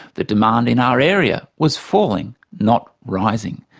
the demand in our area was falling not rising.